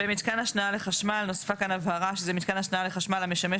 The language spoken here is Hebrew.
במתקן השנאה לחשמל נוספה כאן הבהרה שזה "מתקן השנאה לחשמל המשמש